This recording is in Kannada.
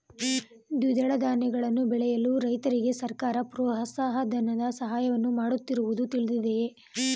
ದ್ವಿದಳ ಧಾನ್ಯಗಳನ್ನು ಬೆಳೆಯುವ ರೈತರಿಗೆ ಸರ್ಕಾರ ಪ್ರೋತ್ಸಾಹ ಧನದ ಸಹಾಯವನ್ನು ಮಾಡುತ್ತಿರುವುದು ತಿಳಿದಿದೆಯೇ?